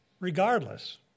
Regardless